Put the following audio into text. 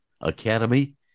Academy